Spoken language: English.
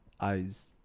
eyes